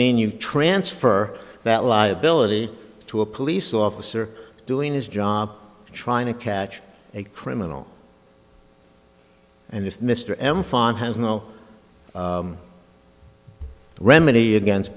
mean you transfer that liability to a police officer doing his job trying to catch a criminal and if mr m fine has no remedy against